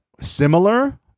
similar